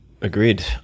agreed